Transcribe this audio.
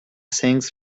things